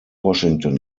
washington